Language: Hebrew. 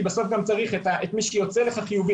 כי בסוף צריך את מי שיוצא חיובי,